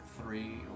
three